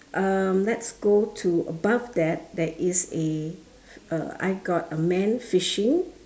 um let's go to above that there is a uh I've got a man fishing